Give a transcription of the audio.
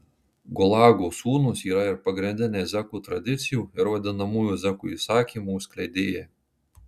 gulago sūnūs yra ir pagrindiniai zekų tradicijų ir vadinamųjų zekų įsakymų skleidėjai